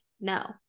No